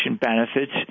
benefits